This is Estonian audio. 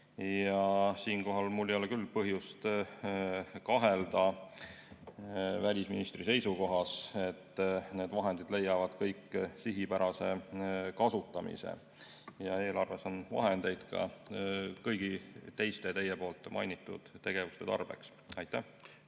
Siinkohal ei ole mul küll põhjust kahelda välisministri seisukohas, et need vahendid leiavad kõik sihipärase kasutamise. Eelarves on vahendeid ka kõigi teiste teie mainitud tegevuste tarbeks. Aitäh!